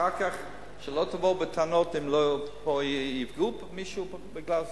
ואחר כך שלא תבואו בטענות אם יפגעו במישהו בגלל זה.